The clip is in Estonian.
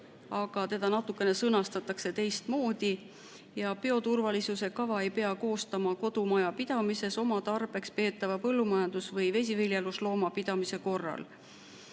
aga seda sõnastatakse natukene teistmoodi. Bioturvalisuse kava ei pea koostama kodumajapidamises oma tarbeks peetava põllumajandus- või vesiviljeluslooma pidamise korral.